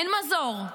אין מזור,